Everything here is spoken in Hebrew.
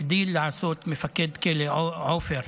הגדיל לעשות מפקד כלא עופר,